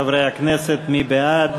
חברי הכנסת, מי בעד?